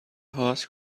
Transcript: horse